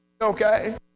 Okay